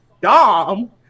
Dom